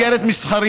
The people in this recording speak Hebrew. גם במסגרת מסחרית,